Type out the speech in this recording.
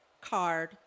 card